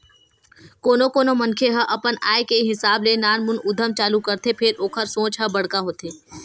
कोनो कोनो मनखे ह अपन आय के हिसाब ले नानमुन उद्यम चालू करथे फेर ओखर सोच ह बड़का होथे